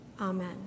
amen